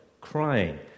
crying